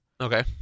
Okay